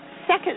second